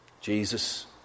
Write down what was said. Jesus